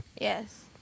Yes